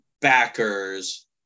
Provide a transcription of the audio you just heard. backers